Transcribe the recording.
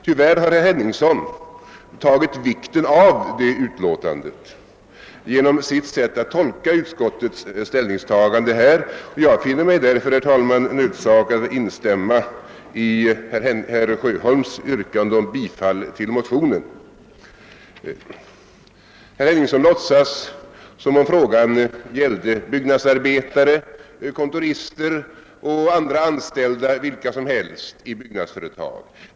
Tyvärr har herr Henningsson tagit vikten av det utlåtandet genom sitt sätt att tolka utskottets ställningstagande. Jag finner mig därför nödsakad att instämma i herr Sjöholms yrkande om bifall till motionerna. Herr Henningsson låtsas som om frågan gällde byggnadsarbetare, kontorister och andra anställda vilka som helst i byggnadsföretag.